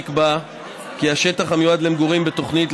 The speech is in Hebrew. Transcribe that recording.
נקבע כי השטח המיועד למגורים בתוכנית,